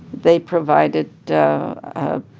they provided a